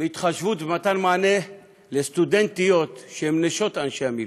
בהתחשבות ובמתן מענה לסטודנטיות שהן נשות אנשי מילואים,